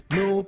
no